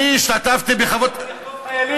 לחטוף חיילים?